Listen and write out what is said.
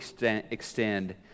extend